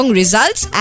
results